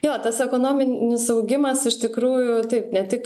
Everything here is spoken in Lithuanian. jo tas ekonominis augimas iš tikrųjų tai ne tik